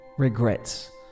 regrets